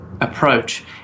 approach